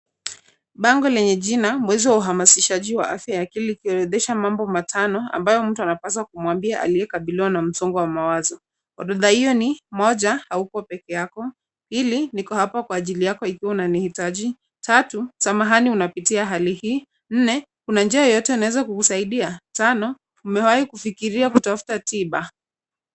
Bango lenye jina, mwezi wa uhamasishaji wa afya ya akili ikiorodhesha mambo matano ambayo mtu anapaswa kumwambia aliyekabiliwa na msongo wa mawazo. Orodha hiyo ni 1.hauko pekee yako, 2.niko hapa kwa ajili yako ikiwa unanihitaji 3. samahani unapitia hali hii 4.kuna njia yoyote naeza kukusaidia 5.umewahi kufikiria kutafuta tiba.